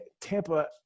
Tampa